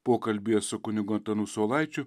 pokalbyje su kunigu antanu saulaičiu